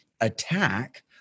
attack